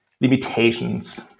limitations